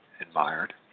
admired